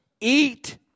Eat